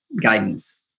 guidance